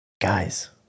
guys